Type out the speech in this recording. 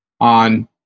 on